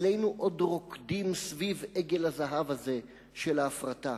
אצלנו עוד רוקדים סביב עגל הזהב הזה של ההפרטה.